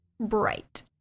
Bright